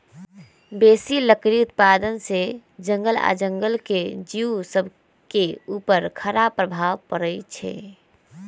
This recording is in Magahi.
बेशी लकड़ी उत्पादन से जङगल आऽ जङ्गल के जिउ सभके उपर खड़ाप प्रभाव पड़इ छै